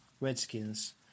Redskins